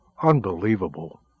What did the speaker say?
Unbelievable